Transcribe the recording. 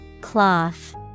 Cloth